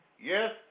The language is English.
Yes